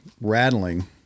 rattling